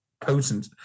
potent